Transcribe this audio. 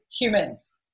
humans